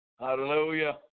Hallelujah